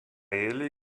ele